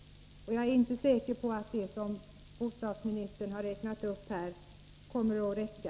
Jag är inte säker på att det som bostadsministern här har räknat upp kommer att räcka.